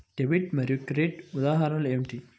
Debit మరియు credit ఉదాహరణలు ఏమిటీ?